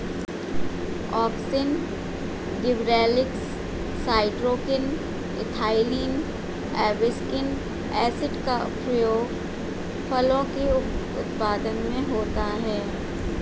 auxin, gibberellins, cytokinin, ethylene, abscisic acid का उपयोग फलों के उत्पादन में होता है